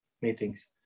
meetings